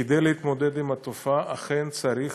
כדי להתמודד עם התופעה אכן צריך